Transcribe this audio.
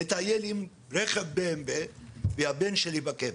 מטייל עם רכב BMW והבן שלי בקבר.